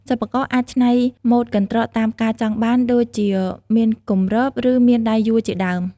សិប្បករអាចច្នៃម៉ូដកន្ត្រកតាមការចង់បាន ដូចជាមានគម្រប ឬមានដៃយួរជាដើម។